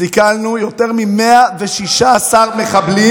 סיכלנו יותר מ-116 מחבלים.